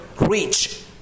reach